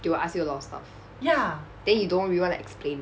they will ask you a lot of stuff then you don't really want to explain